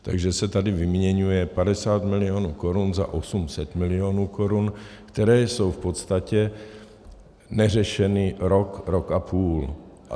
Takže se tady vyměňuje 50 milionů korun za 800 milionů korun, které jsou v podstatě neřešeny rok, rok a půl.